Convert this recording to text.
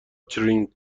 چرینگ